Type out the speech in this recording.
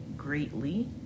greatly